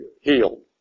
healed